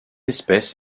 espèce